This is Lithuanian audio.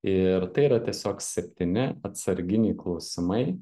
ir tai yra tiesiog septyni atsarginiai klausimai